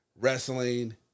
Wrestling